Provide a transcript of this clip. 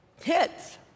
Hits